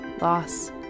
Loss